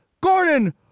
Gordon